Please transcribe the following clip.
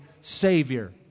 Savior